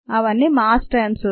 ఇవన్నీ మాస్ టెర్మ్స్లోనే